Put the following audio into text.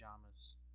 pajamas